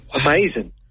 Amazing